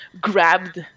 grabbed